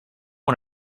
one